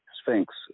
Sphinx